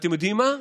ואתם יודעים מה?